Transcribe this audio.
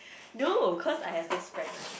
no cause I have this friend right